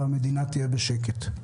והמדינה תהיה בשקט.